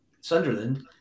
Sunderland